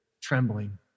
trembling